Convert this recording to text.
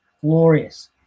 glorious